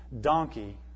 donkey